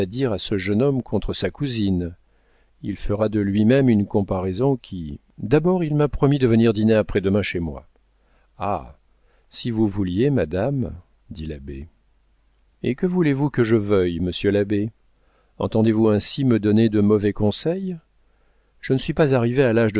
à ce jeune homme contre sa cousine il fera de lui-même une comparaison qui d'abord il m'a promis de venir dîner après-demain chez moi ah si vous vouliez madame dit l'abbé et que voulez-vous que je veuille monsieur l'abbé entendez-vous ainsi me donner de mauvais conseils je ne suis pas arrivée à l'âge